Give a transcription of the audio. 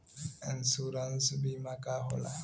Insurance बीमा का होला?